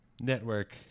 Network